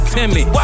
Timmy